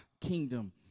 kingdom